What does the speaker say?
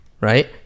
right